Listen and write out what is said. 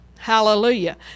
Hallelujah